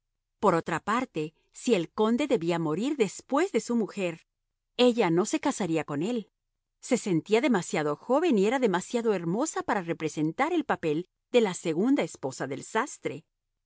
por otra parte si el conde debía morir después de su mujer ella no se casaría con él se sentía demasiado joven y era demasiado hermosa para representar el papel de la segunda esposa del sastre